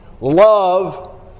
love